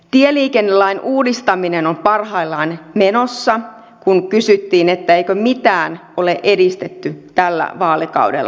tieliikennelain uudistaminen on parhaillaan menossa kun kysyttiin eikö mitään ole edistetty tällä vaalikaudella